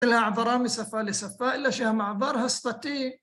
אלא עברה משפה לשפה, אלא שהמעבר השפתי